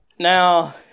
Now